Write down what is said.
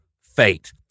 fate